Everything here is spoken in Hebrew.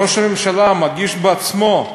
ראש הממשלה מגיש בעצמו,